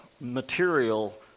material